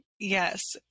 Yes